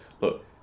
look